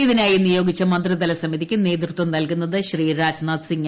ഇതിനായി നിയോഗിച്ച മന്ത്രിതല സമിതിക്ക് നേതൃത്വം നല്കുന്നത് ശ്രീ രാജ്നാഥ് സിംഗാണ്